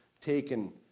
taken